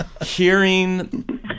hearing